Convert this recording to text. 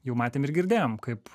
jau matėm ir girdėjom kaip